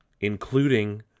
Including